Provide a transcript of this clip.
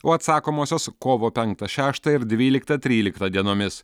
o atsakomosios kovo penktą šeštą ir dvyliktą tryliktą dienomis